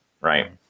right